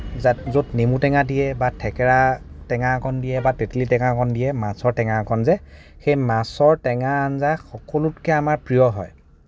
য'ত নেমুটেঙা দিয়ে বা থেকেৰা টেঙা অকণ দিয়ে বা তেতেলী টেঙা অকণ দিয়ে মাছৰ টেঙা অকণ যে সেই মাছৰ টেঙা আঞ্জা সকলোতকে আমাৰ প্ৰিয় হয়